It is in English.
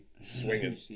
swinging